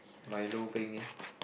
milo peng eh